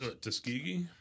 Tuskegee